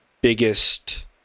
biggest